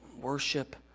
worship